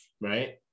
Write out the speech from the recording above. right